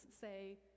say